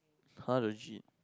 [huh] legit